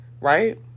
right